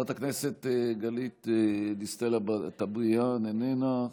חברת הכנסת גלית דיסטל אטבריאן, איננה.